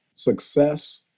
success